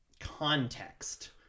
context